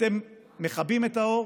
אתם מכבים את האור,